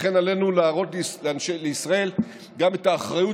לכן עלינו להראות לישראל גם את האחריות